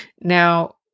Now